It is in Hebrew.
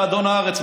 אתה אדון הארץ,